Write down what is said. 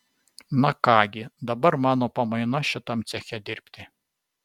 na ką gi dabar mano pamaina šitam ceche dirbti